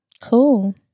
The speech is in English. Cool